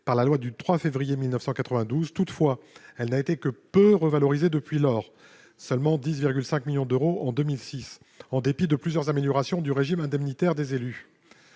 par la loi du 3 février 1992. Toutefois, elle n'a été que peu revalorisée depuis lors- seulement de 10,5 millions d'euros en 2006 -, en dépit de plusieurs améliorations du régime indemnitaire des élus.